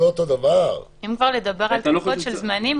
אם כבר לדבר על לוחות זמנים,